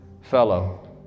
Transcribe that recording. fellow